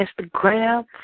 Instagram